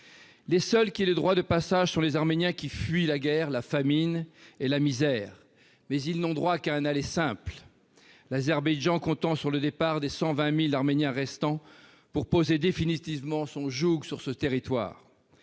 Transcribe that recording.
Les seuls qui aient droit de passage sont les Arméniens qui fuient la guerre, la famine et la misère, mais ils n'ont droit qu'à un aller simple, l'Azerbaïdjan comptant sur le départ des 120 000 Arméniens restants pour établir définitivement son joug sur ce territoire.